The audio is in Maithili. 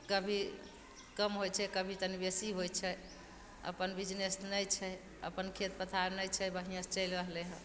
कभी कम होइ छै कभी तनी बेसी होइ छै अपन बिजनेस नहि छै अपन खेत पथार नहि छै बढियेंसँ चलि रहलइ हैं